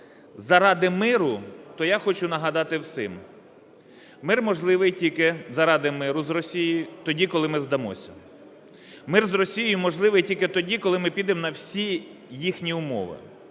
заради миру, то я хочу нагадати всім: мир можливий тільки заради миру з Росією тоді, коли ми здамося; мир з Росією можливий тільки тоді, коли ми підемо на всі їхні умови.